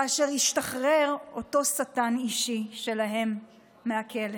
כאשר ישתחרר אותו שטן אישי שלהן מהכלא